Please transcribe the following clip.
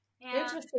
Interesting